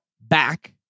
back